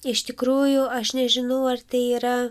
iš tikrųjų aš nežinau ar tai yra